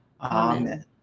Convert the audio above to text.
Amen